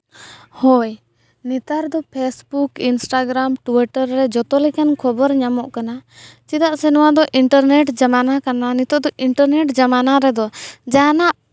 ᱦᱳᱭ ᱱᱮᱛᱟᱨ ᱫᱚ ᱯᱷᱮᱥᱵᱩᱠ ᱤᱱᱥᱴᱟᱜᱨᱟᱢ ᱴᱩᱭᱴᱟᱨ ᱨᱮ ᱡᱚᱛᱚ ᱞᱮᱠᱟᱱ ᱠᱷᱚᱵᱚᱨ ᱧᱟᱢᱚᱜ ᱠᱟᱱᱟ ᱪᱨᱫᱟᱜ ᱥᱮ ᱱᱚᱣᱟ ᱫᱚ ᱤᱱᱴᱟᱨᱱᱮᱴ ᱡᱟᱢᱟᱱᱟ ᱠᱟᱱᱟ ᱱᱤᱛᱚᱜ ᱫᱚ ᱤᱱᱴᱟᱨᱱᱮᱴ ᱡᱟᱢᱟᱱᱟ ᱨᱮᱫᱚ ᱡᱟᱦᱟᱱᱟᱜ